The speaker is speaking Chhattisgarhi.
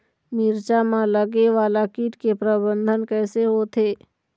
मिरचा मा लगे वाला कीट के प्रबंधन कइसे होथे?